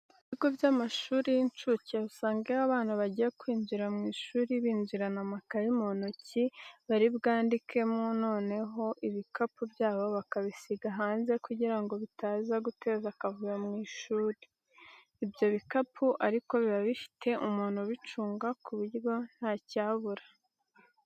Mu bigo by'amashuri y'inshuke usanga iyo abana bagiye kwinjira mu ishuri, binjirana amakayi mu ntoki bari bwandikemo, noneho ibikapu byabo bakabisiga hanze kugira ngo bitaza guteza akavuyo mu ishuri. Ibyo bikapu ariko biba bifite umuntu ubicunga ku buryo ntacyabura.